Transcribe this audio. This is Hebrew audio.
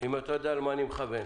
אם אתה יודע למה אני מכוון,